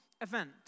event